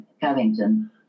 Covington